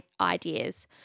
ideas